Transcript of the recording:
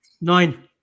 nine